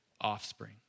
offspring